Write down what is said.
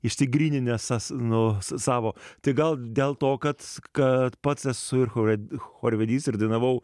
išsigryninęs aš nuo savo tik gal dėl to kad kad pats esu ir chore chorvedys ir dainavau